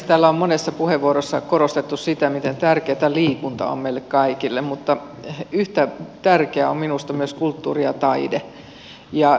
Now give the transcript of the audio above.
täällä on monessa puheenvuorossa korostettu sitä miten tärkeätä liikunta on meille kaikille mutta yhtä tärkeää on minusta myös kulttuuri ja taide